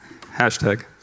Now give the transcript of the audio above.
Hashtag